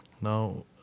Now